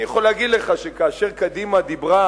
אני יכול להגיד לך שכאשר קדימה דיברה